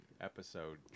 episode